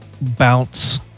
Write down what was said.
bounce